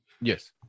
Yes